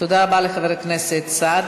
תודה רבה לחבר הכנסת סעדי.